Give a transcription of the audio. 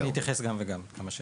אני אתייחס גם וגם, עד כמה שאפשר.